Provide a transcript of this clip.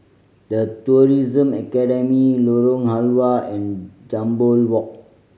The Tourism Academy Lorong Halwa and Jambol Walk